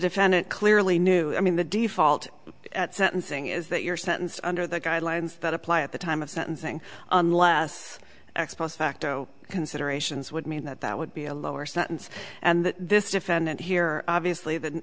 defendant clearly knew i mean the default at sentencing is that your sentence under the guidelines that apply at the time of sentencing unless ex post facto considerations would mean that that would be a lower sentence and that this defendant here obviously the